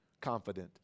confident